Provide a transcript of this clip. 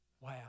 Wow